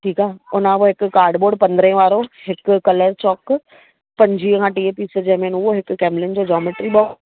ठीकु आहे हुनखां पोइ हिकु कार्डबोर्ड पंद्रहें वारो हिकु कलर चॉक पंजवीहु खां टीह पीस जंहिंमें उहो हिकु कैमलिन जो जोमेट्री बॉक्स